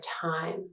time